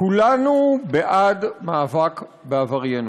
כולנו בעד מאבק בעבריינות.